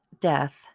death